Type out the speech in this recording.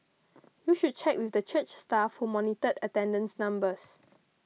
you should check with the church staff who monitored attendance numbers